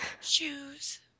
Shoes